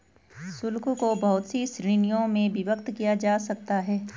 शुल्क को बहुत सी श्रीणियों में विभक्त किया जा सकता है